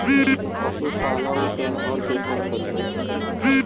पशुपालन त हर देशत ह छेक